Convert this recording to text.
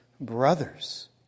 brothers